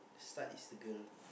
start is the girl